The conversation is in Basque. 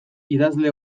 idazle